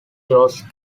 jose